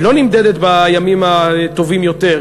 היא לא נמדדת בימים הטובים יותר,